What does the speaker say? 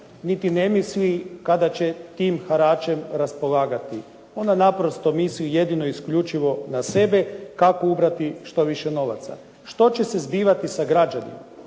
niti ne misli kada će tim haračem raspolagati. Ona naprosto misli jedino i isključivo na sebe kako ubrati što više novaca. Što će se zbivati sa građanima,